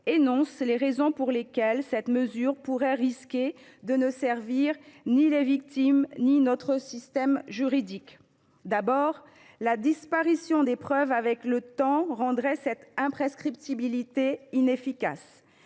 énonce les raisons pour lesquelles cette mesure risquerait de ne servir ni les victimes ni notre système juridique. D’abord, la disparition des preuves avec le temps rendrait cette imprescriptibilité inefficace.